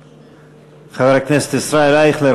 חבר הכנסת ישראל אייכלר,